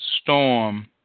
storm